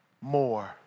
more